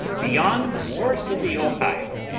beyond the source of the ohio,